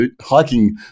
hiking